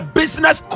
business